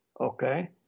okay